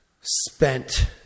spent